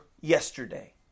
yesterday